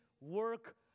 work